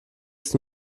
ist